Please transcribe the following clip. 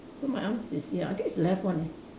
so my arm is ya I think is left one eh